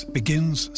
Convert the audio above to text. begins